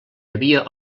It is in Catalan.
havia